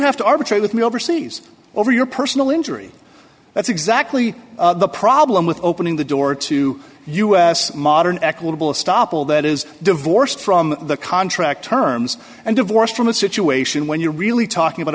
have to arbitrate with me overseas over your personal injury that's exactly the problem with opening the door to us modern equitable stoppel that is divorced from the contract terms and divorced from a situation when you're really talking about